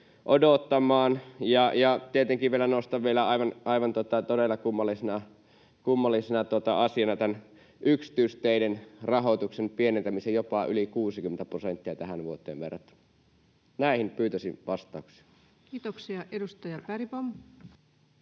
odottamaan. Tietenkin vielä nostan aivan todella kummallisena asiana tämän yksityisteiden rahoituksen pienentämisen, jopa yli 60 prosenttia tähän vuoteen verrattuna. Näihin pyytäisin vastauksia. [Speech 201] Speaker: